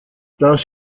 das